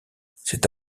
c’est